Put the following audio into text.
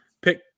Pick